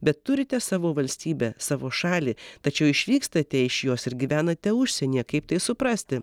bet turite savo valstybę savo šalį tačiau išvykstate iš jos ir gyvenate užsienyje kaip tai suprasti